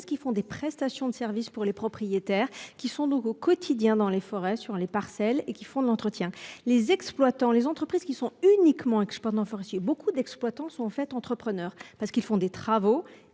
qui font des prestations de service pour les propriétaires qui sont donc au quotidien dans les forêts sur les parcelles et qui font de l'entretien, les exploitants, les entreprises qui sont uniquement que je porte dans forestier, beaucoup d'exploitants sont en fait entrepreneurs parce qu'ils font des travaux